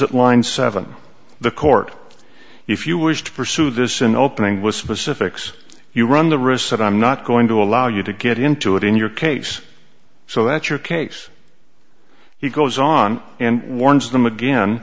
at line seven the court if you wish to pursue this in opening with specifics you run the risk that i'm not going to allow you to get into it in your case so that your case he goes on and warns them again